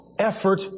Effort